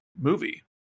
movie